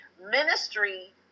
ministry